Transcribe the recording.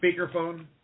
speakerphone